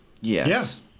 Yes